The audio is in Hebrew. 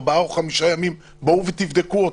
ארבעה-חמישה ימים: בואו תבדקו אותו.